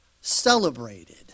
celebrated